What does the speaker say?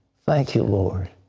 thank you, lord,